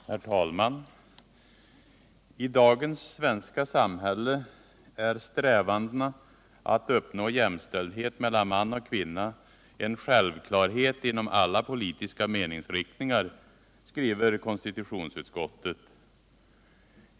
Herr talman! I dagens svenska samhälle är strävandena att uppnå jämställdhet mellan man och kvinna en självklarhet inom alla politiska meningsriktningar, skriver konstitutionsutskottet.